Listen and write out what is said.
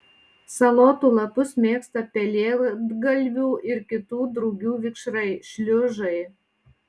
salotų lapus mėgsta pelėdgalvių ir kitų drugių vikšrai šliužai